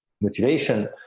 motivation